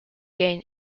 gain